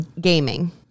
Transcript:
gaming